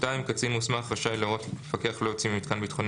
קצין מוסמך רשאי להורות כי מפקח לא יוצאי ממיתקן ביטחוני